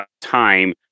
time